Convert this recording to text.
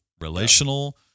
relational